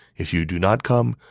if you do not come,